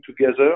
together